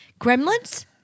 gremlins